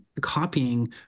copying